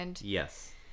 Yes